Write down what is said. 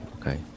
okay